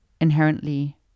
inherently